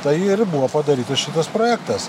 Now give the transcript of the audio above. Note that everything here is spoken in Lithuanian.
tai ir buvo padarytas šitas projektas